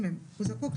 הוא זקוק,